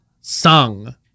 sung